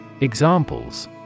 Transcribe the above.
Examples